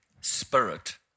spirit